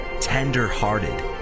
tender-hearted